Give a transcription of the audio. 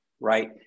right